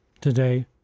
Today